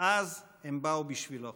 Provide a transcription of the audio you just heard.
אז הם באו בשבילו.